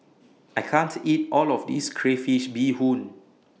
I can't eat All of This Crayfish Beehoon